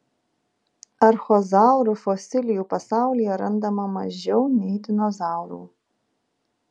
archozaurų fosilijų pasaulyje randama mažiau nei dinozaurų